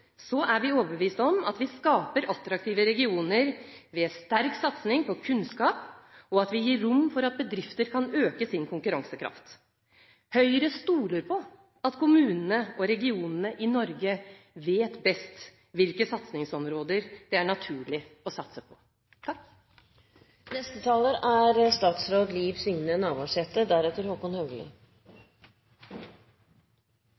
er vi overbevist om at vi skaper attraktive regioner ved sterk satsing på kunnskap og ved at vi gir rom for at bedrifter kan øke sin konkurransekraft. Høyre stoler på at kommunene og regionene i Norge vet best hvilke områder det er naturlig å satse på. Det er interessant å sitje og høyre på debatten – det er